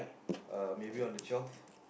uh maybe on the twelve